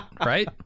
right